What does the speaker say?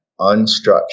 unstructured